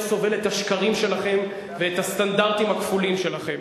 סובל את השקרים שלכם ואת הסטנדרטים הכפולים שלכם.